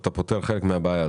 אתה פותר חלק מהבעיה.